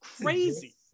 crazy